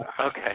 okay